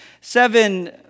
seven